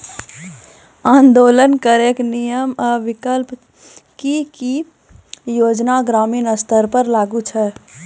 आवेदन करैक नियम आ विकल्प? की ई योजना ग्रामीण स्तर पर लागू छै?